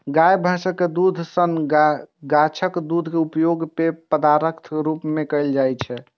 गाय, भैंसक दूधे सन गाछक दूध के उपयोग पेय पदार्थक रूप मे कैल जाइ छै